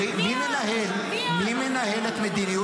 מי עוד?